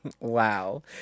Wow